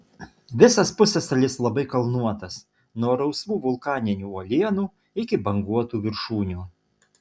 visas pusiasalis labai kalnuotas nuo rausvų vulkaninių uolienų iki banguotų viršūnių